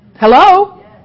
Hello